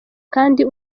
kandi